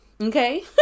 Okay